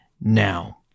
now